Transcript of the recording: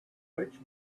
which